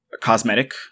cosmetic